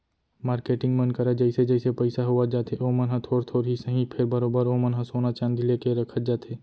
marketing मन करा जइसे जइसे पइसा होवत जाथे ओमन ह थोर थोर ही सही फेर बरोबर ओमन ह सोना चांदी लेके रखत जाथे